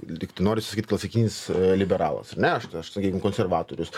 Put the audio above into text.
lygtai noris sakyt klasikinis liberalas ar ne aš aš sakykim konservatorius